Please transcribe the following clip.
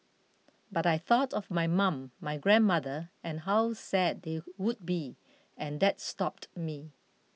but I thought of my mum my grandmother and how sad they would be and that stopped me